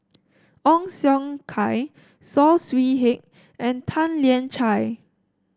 Ong Siong Kai Saw Swee Hock and Tan Lian Chye